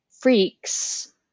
freaks